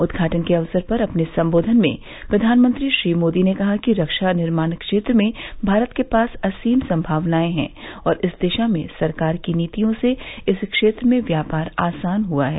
उद्घाटन के अवसर पर अपने सम्बोधन में प्रधानमंत्री श्री मोदी ने कहा कि रक्षा निर्माण क्षेत्र में भारत के पास असीम संभावनाएं हैं और इस दिशा में सरकार की नीतियों से इस क्षेत्र में व्यापार आसान हुआ है